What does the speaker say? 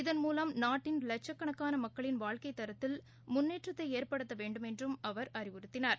இதன்மூலம் நாட்டின் லட்சக்கணக்கானமக்களின் வாழ்க்கைத் தரத்தில் முன்னேற்றத்தைஏற்படுத்தவேண்டுமென்றும் அவர் அறிவுறுத்தினார்